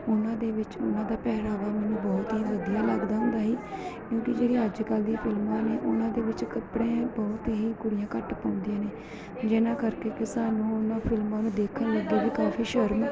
ਉਹਨਾਂ ਦੇ ਵਿੱਚ ਉਹਨਾਂ ਦਾ ਪਹਿਰਾਵਾ ਮੈਨੂੰ ਬਹੁਤ ਹੀ ਵਧੀਆ ਲੱਗਦਾ ਹੁੰਦਾ ਸੀ ਕਿਉਂਕਿ ਜਿਹੜੀਆਂ ਅੱਜ ਕੱਲ੍ਹ ਦੀ ਫਿਲਮਾਂ ਨੇ ਉਹਨਾਂ ਦੇ ਵਿੱਚ ਕੱਪੜੇ ਬਹੁਤ ਹੀ ਕੁੜੀਆਂ ਘੱਟ ਪਾਉਂਦੀਆਂ ਨੇ ਜਿਹਨਾਂ ਕਰਕੇ ਕਿ ਸਾਨੂੰ ਉਹਨਾਂ ਫਿਲਮਾਂ ਨੂੰ ਦੇਖਣ ਲੱਗੇ ਵੀ ਕਾਫ਼ੀ ਸ਼ਰਮ